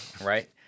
right